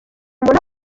mubona